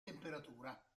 temperatura